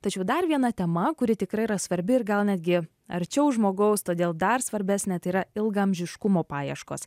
tačiau dar viena tema kuri tikrai yra svarbi ir gal netgi arčiau žmogaus todėl dar svarbesnė tai yra ilgaamžiškumo paieškos